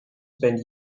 spent